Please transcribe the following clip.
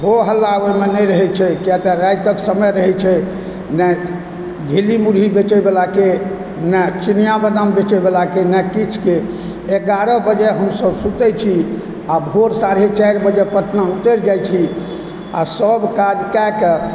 हो हल्ला ओहिमे नहि रहय छै किआ तऽ रातिक समय रहय छै नहि झिल्ली मुढ़ी बेचय वालाके नहि चिनियाबादम बेचय वालाके नहि किछुके एगारह बजे हमसभ सुतय छी आ भोर साढ़े चारिबजे पटना उतरि जाइ छी आ सभ काज कए कऽ